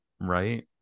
Right